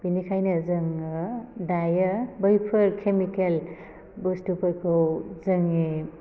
बेनिखायनो जोङो दायो बैफोर केमिकेल बुस्थुफोरखौ जोंनि